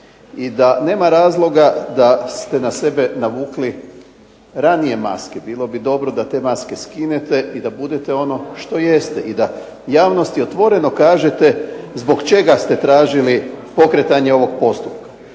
i da nema razloga da ste na sebe navukli ranije maske. Bilo bi dobro da te maske skinete, i da budete ono što jeste i da javnosti otvoreno kažete zbog čega ste tražili pokretanje ovog postupka.